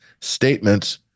statements